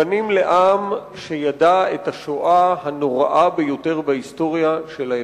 בנים לעם שידע את השואה הנוראה ביותר בהיסטוריה של האנושות.